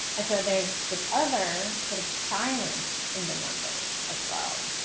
and so there's this other sort of silence in the numbers as well.